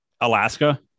Alaska